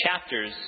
chapters